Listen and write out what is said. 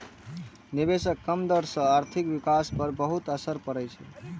निवेशक कम दर सं आर्थिक विकास पर बहुत असर पड़ै छै